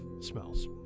smells